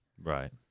Right